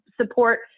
support